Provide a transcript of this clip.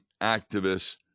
activists